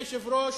אדוני היושב-ראש,